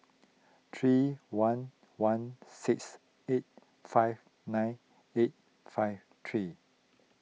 three one one six eight five nine eight five three